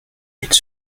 ils